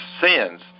sins